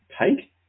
take